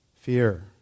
Fear